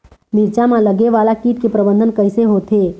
मिरचा मा लगे वाला कीट के प्रबंधन कइसे होथे?